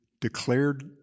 declared